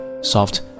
soft